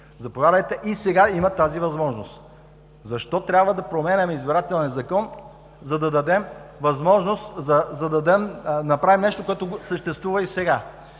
Заповядайте и сега има тази възможност. Защо трябва да променяме избирателния закон, за да направим нещо, което съществува и сега?